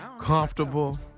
comfortable